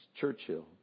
Churchill